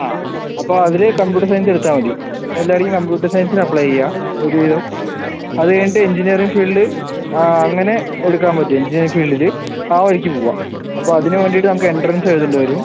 ആ അപ്പം അതിൽ കമ്പ്യൂട്ടർ സയൻസ് എടുത്താൽ മതി എല്ലായിടക്കും കമ്പ്യൂട്ടർ സയൻസിന് അപ്ലൈ ചെയ്യുക ഒരു വിധം അത് കഴിഞ്ഞിട്ട് എഞ്ചിനീയറിംഗ് ഫീൽഡ് അങ്ങനെ എടുക്കാൻ പറ്റും എഞ്ചിനീയറിംഗ് ഫീൽഡിൽ ആ വഴിക്ക് പോവുക അപ്പം അതിന് വേണ്ടിയിട്ട് നമുക്ക് എൻട്രൻസ് എഴുതേണ്ടി വരും